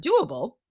doable